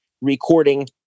recording